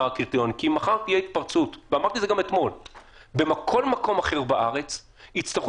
כי אם מחר תהיה התפרצות בכל מקום אחר בארץ יצטרכו